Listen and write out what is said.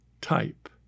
Type